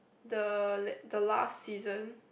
the le~ the last season